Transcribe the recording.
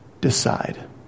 decide